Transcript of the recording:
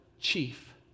chief